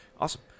Awesome